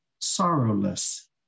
sorrowless